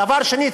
דבר שני,